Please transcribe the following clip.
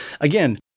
again